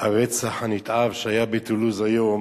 הרצח הנתעב שהיה בטולוז היום